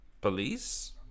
Police